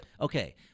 Okay